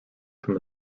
from